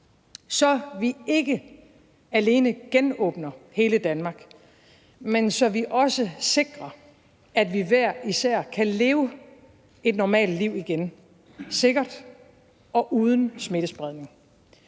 så vi ikke alene genåbner hele Danmark, men så vi også sikrer, at vi hver især kan leve et normalt liv igen, sikkert og uden smittespredning.